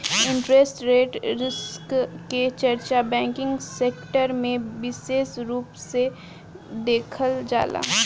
interest rate risk के चर्चा banking sector में बिसेस रूप से देखल जाला